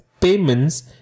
payments